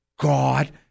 God